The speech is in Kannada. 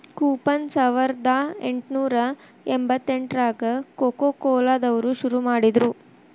ಕೂಪನ್ ಸಾವರ್ದಾ ಎಂಟ್ನೂರಾ ಎಂಬತ್ತೆಂಟ್ರಾಗ ಕೊಕೊಕೊಲಾ ದವ್ರು ಶುರು ಮಾಡಿದ್ರು